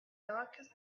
darkest